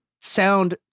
sound